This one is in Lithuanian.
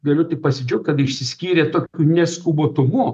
galiu tik pasidžiaugt kad išsiskyrė tokiu neskubotumu